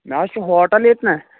مےٚ حظ چھُ ہوٹل ییٚتہِ نہ